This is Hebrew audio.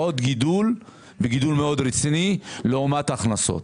גידול מאוד רציני לעומת ההכנסות.